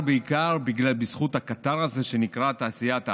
בעיקר בזכות הקטר הזה שנקרא תעשיית ההייטק.